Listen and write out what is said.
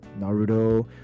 naruto